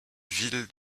ville